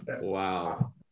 Wow